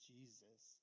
Jesus